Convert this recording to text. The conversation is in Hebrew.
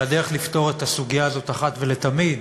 והדרך לפתור את הסוגיה הזאת אחת ולתמיד